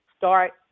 Start